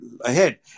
ahead